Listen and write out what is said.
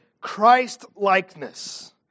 Christ-likeness